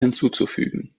hinzuzufügen